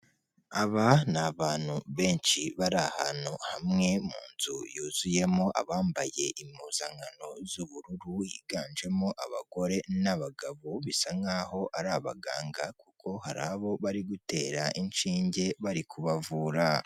Aba ni abantu benshi bari ahantu hamwe, mu nzu yuzuyemo abambaye impuzankano z'ubururu, higanjemo abagore n'abagabo, bisa nkaho ari abaganga kuko hari abo bari gutera inshinge bari kubavura.